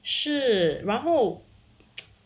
是然后